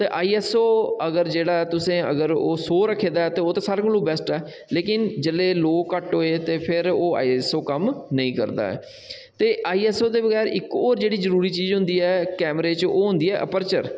ते आईएसओ अगर जेह्ड़ा तुसें अगर ओह् सौ रक्खे दा ऐ ते ओह् सारें कोला बैस्ट ऐ लेकिन जेल्लै लो घट्ट होए तां फिर ओह् आईएसओ कम्म नेईं करदा ऐ ते आईएसओ दे बगैर इक होर जेह्ड़ी जरूरी चीज होंदी ऐ कैमरे च ओह् होंदी ऐ अपर्चर